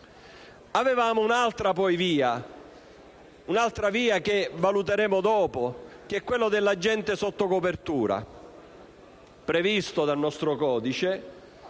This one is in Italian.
Avevamo un'altra via, che valuteremo dopo: quella dell'agente sotto copertura, previsto dal nostro codice.